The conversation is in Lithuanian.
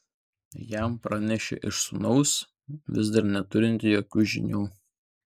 jam pranešė iš sūnaus vis dar neturinti jokių žinių